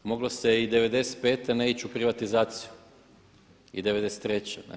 Moglo se i '95. ne ići u privatizaciju i '93.